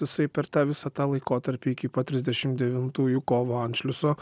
jisai per tą visą tą laikotarpį iki pat trisdešimt devintųjų kovo anšliuso